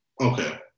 okay